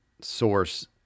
source